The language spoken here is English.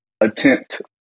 attempt